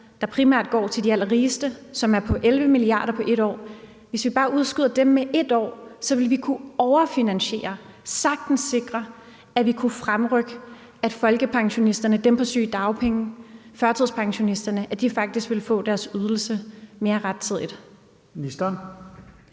der primært går til de allerrigeste, som er på 11 mia. kr. på et år. Hvis vi bare udskyder dem med et år, vil vi kunne overfinansiere og sagtens sikre, at vi kunne fremrykke, at folkepensionisterne, dem på sygedagpenge og førtidspensionisterne faktisk ville få deres ydelse mere rettidigt. Kl.